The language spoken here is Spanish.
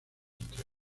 entre